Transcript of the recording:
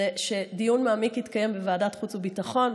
היא שדיון מעמיק יתקיים בוועדת החוץ והביטחון,